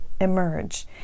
emerge